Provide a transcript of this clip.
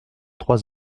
trois